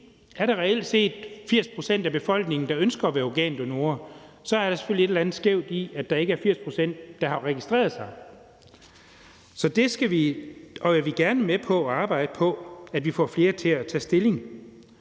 er der reelt set 80 pct. af befolkningen, der ønsker at være organdonorer, er der selvfølgelig et eller andet skævt i, at der ikke er 80 pct., der har registreret sig. Vi vil gerne arbejde på, at vi får flere til at tage stilling.